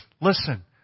listen